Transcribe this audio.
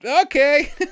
Okay